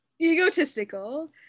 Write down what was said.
egotistical